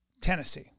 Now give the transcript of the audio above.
Tennessee